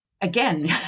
Again